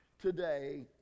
today